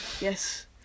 Yes